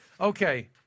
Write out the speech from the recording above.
Okay